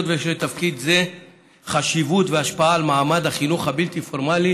ויש לתפקיד זה חשיבות והשפעה על מעמד החינוך הבלתי-פורמלי